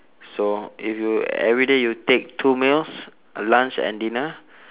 so if you every day you take two meals lunch and dinner